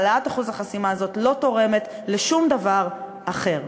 העלאת אחוז החסימה הזאת לא תורמת לשום דבר אחר.